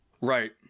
Right